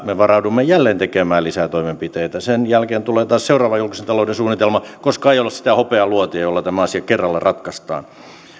me varaudumme jälleen tekemään lisää toimenpiteitä sen jälkeen tulee taas seuraava julkisen talouden suunnitelma koska ei ole sitä hopealuotia jolla tämä asia kerralla ratkaistaan